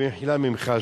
במחילה ממך,